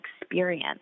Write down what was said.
experience